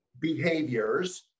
Behaviors